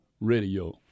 radio